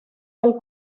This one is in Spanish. del